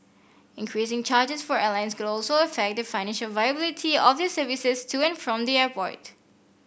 increasing charges for airlines could also affect the financial viability of their services to and from the airport